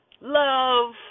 love